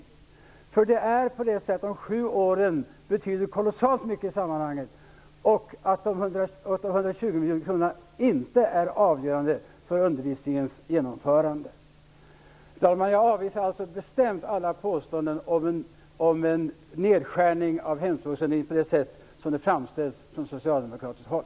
De sju åren betyder kolossalt mycket i sammanhanget. De 120 miljonerna är inte avgörande för undervisningens genomförande. Jag avvisar bestämt alla påståenden om att en nedskärning av resurserna till hemspråksundervisningen äventyrar undervisningen på det sätt som det framställs från socialdemokratiskt håll.